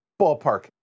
Ballpark